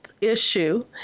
issue